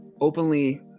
openly